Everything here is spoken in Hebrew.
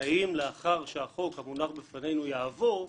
שהחוק המונח בפנינו יעבור,